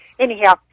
Anyhow